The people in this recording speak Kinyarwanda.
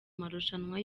marushanwa